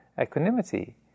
equanimity